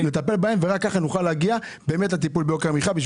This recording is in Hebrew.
לטפל בהם ורק ככה נוכל להגיע באמת לטיפול ביוקר המחייה.